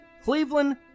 Cleveland